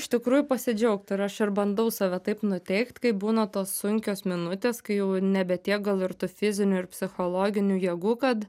iš tikrųjų pasidžiaugti ir aš čia ir bandau save taip nuteikt kai būna tos sunkios minutės kai jau nebe tiek gal ir tų fizinių ir psichologinių jėgų kad